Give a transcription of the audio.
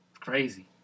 Crazy